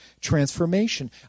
transformation